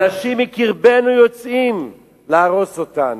אנשים מקרבנו יוצאים להרוס אותנו.